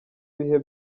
bihe